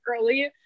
early